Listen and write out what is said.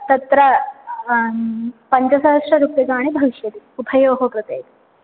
तत्र पञ्चसहस्ररुप्यकाणि भविष्यति उभयोः कृते